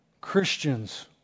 Christians